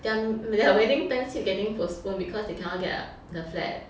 their their wedding time keep getting postponed because they cannot get err the flat